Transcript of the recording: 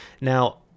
Now